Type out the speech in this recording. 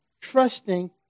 trusting